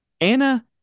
Anna